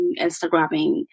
Instagramming